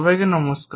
সবাইকে নমস্কার